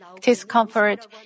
discomfort